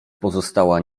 pozostała